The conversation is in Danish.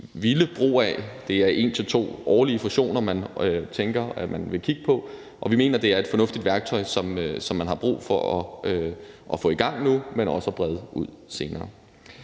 vilde brug af. Det er en til to årlige fusioner, man tænker at man vil kigge på, og vi mener, det er et fornuftigt værktøj, som man har brug for at gå i gang med at bruge nu, men også at brede ud senere.